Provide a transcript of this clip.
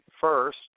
first